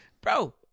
bro